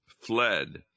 fled